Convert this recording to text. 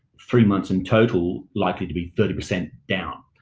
three months in total likely to be thirty percent down.